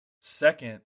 Second